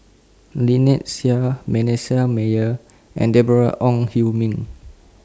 Lynnette Seah Manasseh Meyer and Deborah Ong Hui Min